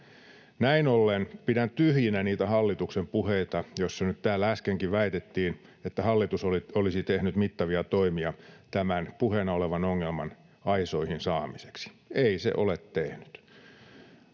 Näin ollen pidän tyhjinä niitä hallituksen puheita, joissa nyt täällä äskenkin väitettiin, että hallitus olisi tehnyt mittavia toimia tämän puheena olevan ongelman aisoihin saamiseksi — ei se ole tehnyt.